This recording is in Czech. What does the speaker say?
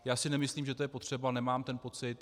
Já si nemyslím, že to je potřeba, nemám ten pocit.